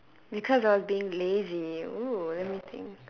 because I was being lazy !woo! let me think